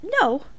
no